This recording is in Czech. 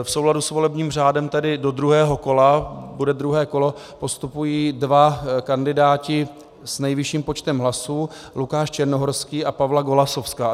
V souladu s volebním řádem tedy do druhého kola, bude druhé kolo, postupují dva kandidáti s nejvyšším počtem hlasů, Lukáš Černohorský a Pavla Golasowská.